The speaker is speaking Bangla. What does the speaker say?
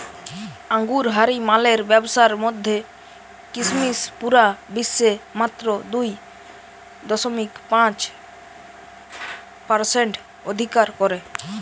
আঙুরহারি মালের ব্যাবসার মধ্যে কিসমিস পুরা বিশ্বে মাত্র দুই দশমিক পাঁচ পারসেন্ট অধিকার করে